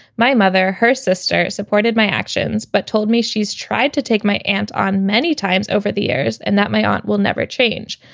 my mother, her sisters supported my actions but told me she's tried to take my aunt on many times over the years and that my aunt will never change.